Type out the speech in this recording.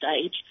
stage